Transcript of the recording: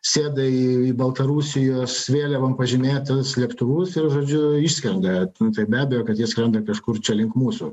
sėda į į baltarusijos vėliavom pažymėtus lėktuvus ir žodžiu išskrenda ten tai be abejo kad jie skrenda kažkur čia link mūsų